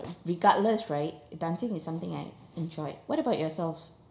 regardless right dancing is something I enjoy what about yourself